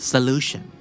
Solution